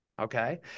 okay